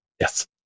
yes